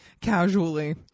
casually